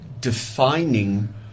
defining